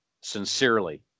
sincerely